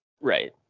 right